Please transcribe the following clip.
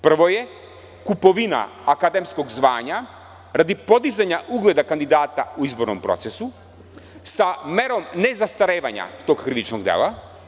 Prvo je kupovina akademskog zvanja radi podizanja ugledakandidata u izbornom procesu sa merom nezastarevanja tog krivičnog dela.